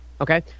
okay